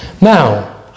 Now